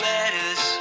Letters